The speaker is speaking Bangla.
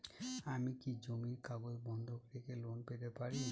আমি কি জমির কাগজ বন্ধক রেখে লোন পেতে পারি?